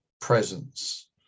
presence